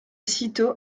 citeaux